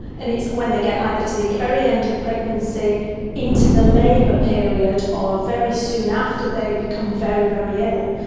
and it's when they get either to the very end of pregnancy into the labour period or very soon after they become very, very ill,